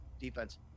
defense